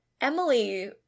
Emily